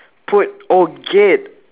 put oh gate